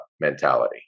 mentality